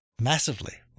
massively